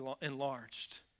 enlarged